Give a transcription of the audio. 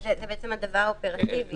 זה דבר אופרטיבי.